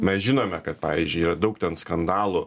mes žinome kad pavyzdžiui yra daug ten skandalų